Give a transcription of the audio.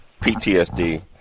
PTSD